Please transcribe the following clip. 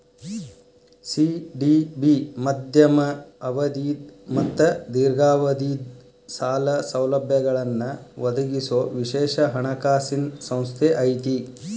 CDB ಮಧ್ಯಮ ಅವಧಿದ್ ಮತ್ತ ದೇರ್ಘಾವಧಿದ್ ಸಾಲ ಸೌಲಭ್ಯಗಳನ್ನ ಒದಗಿಸೊ ವಿಶೇಷ ಹಣಕಾಸಿನ್ ಸಂಸ್ಥೆ ಐತಿ